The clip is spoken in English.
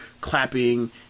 clapping